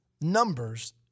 numbers